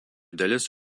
dalis